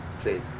please